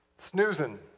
Snoozing